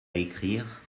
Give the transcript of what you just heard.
écrire